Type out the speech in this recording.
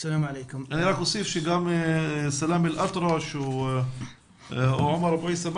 אני רק אוסיף שגם סלאמה אלאטרש ועומאר אבו עסא,